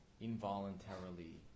involuntarily